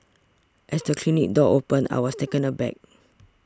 as the clinic door opened I was taken aback